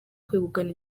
kwegukana